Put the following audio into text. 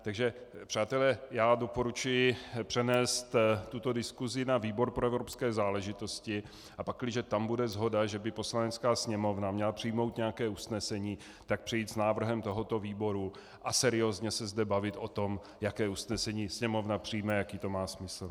Takže přátelé, já doporučuji přenést tuto diskuzi na výbor pro evropské záležitosti, a pakliže tam bude shoda, že by Poslanecká sněmovna měla přijmout nějaké usnesení, tak přijít s návrhem tohoto výboru a seriózně se zde bavit o tom, jaké usnesení Sněmovna přijme a jaký to má smysl.